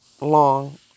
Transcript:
long